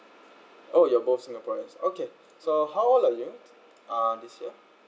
oh you're both singaporeans okay so how old are you uh this year